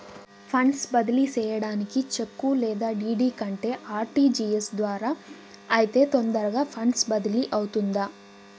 funds బదిలీ సేయడానికి cheque లేదా డీ.డీ కంటే ఆర్.టి.జి.ఎస్ ద్వారా అయితే తొందరగా ఫండ్స్ బదిలీ అవుతుందా